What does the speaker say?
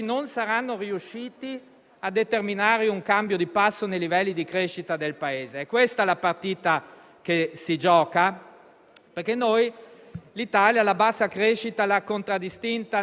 della volontà o meno delle istituzioni europee di ritornare alla stagione di rigore finanziario. Quello che voglio dire è che noi con il *recovery fund* ci giochiamo la partita della vita.